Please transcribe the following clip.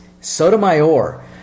Sotomayor